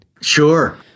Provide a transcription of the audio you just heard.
Sure